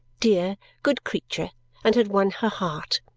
dear, good creature and had won her heart.